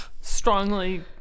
strongly